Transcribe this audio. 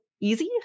easy